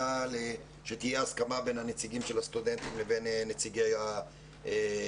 שתהיה הסכמה בין הנציגים של הסטודנטים לבין נציגי האוניברסיטאות.